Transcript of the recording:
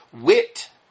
wit